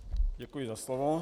Děkuji za slovo.